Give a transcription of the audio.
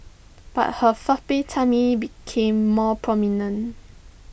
but her flabby tummy became more prominent